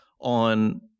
on